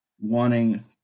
wanting